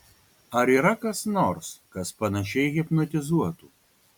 ar yra kas nors kas panašiai hipnotizuotų